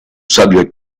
subject